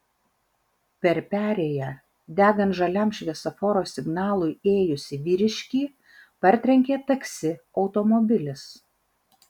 per perėją degant žaliam šviesoforo signalui ėjusį vyriškį partrenkė taksi automobilis